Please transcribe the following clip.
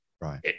right